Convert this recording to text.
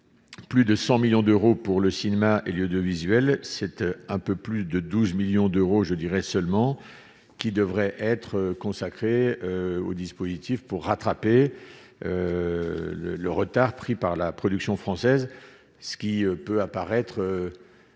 plus de 100 millions d'euros pour le cinéma y cette un peu plus de 12 millions d'euros, je dirais seulement qui devrait être consacrée au dispositif pour rattraper le retard pris par la production française, ce qui peut apparaître